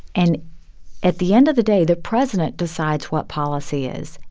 and at the end of the day, the president decides what policy is.